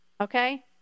Okay